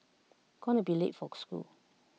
gonna be late for school